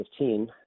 2015 –